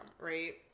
right